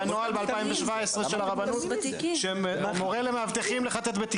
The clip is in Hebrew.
זה היה נוהל ב-2017 של הרבנות שמורה למאבטחים לחטט בתיקים.